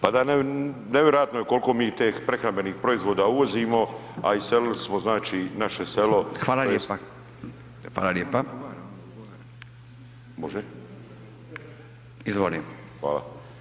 Pa da, nevjerojatno je koliko mi tek prehrambenih proizvoda uvozimo, a iselili smo naše selo [[Upadica Radin: Hvala lijepa.]] Može? [[Upadica Radin: Izvoli.]] Hvala.